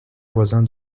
voisin